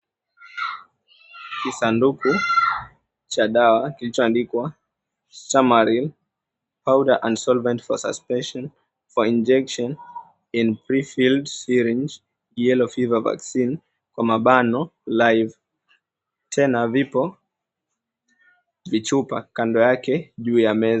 Kisanduku cha dawa kilichoandikwa, Stamaril, Powder and Solvent for Suspension for Injection in Pre-field Syringe, Yellow Fever Vaccine, (Live). Tena vipo vichupa kando yake juu ya meza.